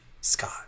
Scott